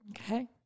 Okay